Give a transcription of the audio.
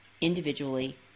individually